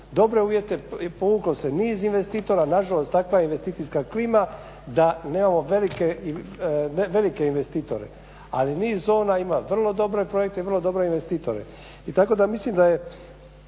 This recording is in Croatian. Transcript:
dobre uvjete i povuklo se niz investitora. Nažalost, takva je investicijska klima da nemamo velike investitore. Ali niz zona ima vrlo dobre projekte i vrlo dobre investitore. Tako da mislim da je,